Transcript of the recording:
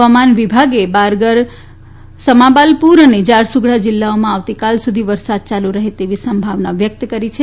હવામાન વિભાગે બારગર સમબાલપુર અને જારસુગુડા જિલ્લાઓમાં આવતીકાલ સુધી વરસાદ ચાલુ રહેવાની સંભાવના વ્યક્ત કરી છે